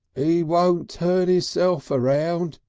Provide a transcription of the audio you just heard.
e won't turn isself round,